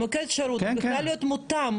מוקד השירות צריך להיות מותאם,